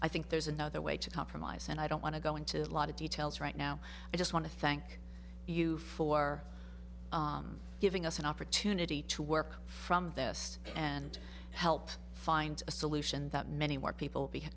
i think there's another way to compromise and i don't want to go into a lot of details right now i just want to thank you for giving us an opportunity to work from this and help find a solution that many white people